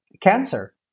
cancer